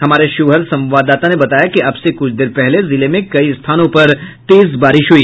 हमारे शिवहर संवाददाता ने बताया कि अब से कुछ देर पहले जिले में कई स्थानों पर तेज बारिश हुई